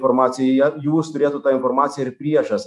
informaciją jūs turėtų tą informaciją ir priešas